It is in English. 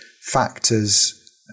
factors